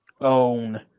own